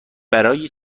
برای